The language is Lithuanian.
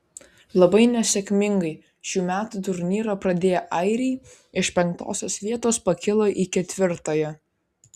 labai nesėkmingai šių metų turnyrą pradėję airiai iš penktosios vietos pakilo į ketvirtąją